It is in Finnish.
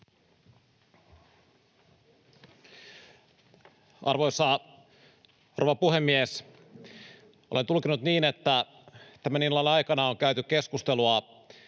rouva puhemies! Olen tulkinnut niin, että tämän illan aikana on tässä salissa